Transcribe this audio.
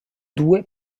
due